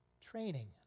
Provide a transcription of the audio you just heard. Training